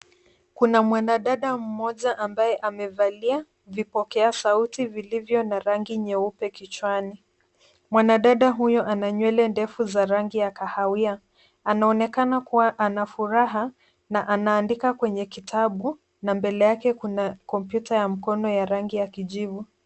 Kuna mwanadada mmoja ambaye amevalia vipokea sauti vilivyo na rangi nyeupe kichwani. Mwanadada huyo ana nywele ndefu za rangi ya kahawia. Anaonekana kuwa anafuraha na anaandika kwenye kitabu na mbele yake kuna kompyuta ya mkono ya rangi ya kijivu.